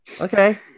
okay